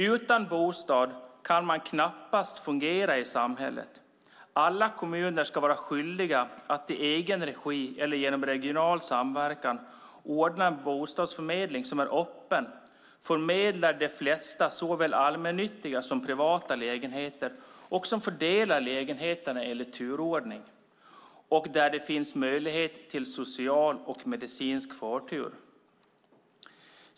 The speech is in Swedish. Utan bostad kan man knappast fungera i samhället. Alla kommuner ska vara skyldiga att i egen regi, eller genom regional samverkan, ordna en bostadsförmedling som är öppen, förmedlar de flesta såväl allmännyttiga som privata lägenheter, fördelar lägenheterna enligt turordning och där det finns möjlighet till social och medicinsk förtur.